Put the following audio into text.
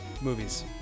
movies